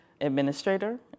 administrator